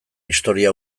historia